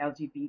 LGBT